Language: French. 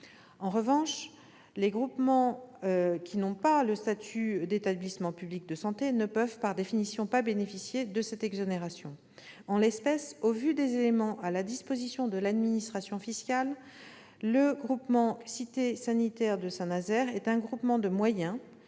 En revanche, les groupements qui n'ont pas le statut d'établissements publics de santé ne peuvent par définition pas bénéficier de cette exonération. En l'espèce, au vu des éléments à la disposition de l'administration fiscale, le groupement « Cité sanitaire de Saint-Nazaire » est un groupement de moyens